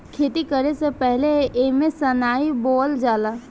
खेती करे से पहिले एमे सनइ बोअल जाला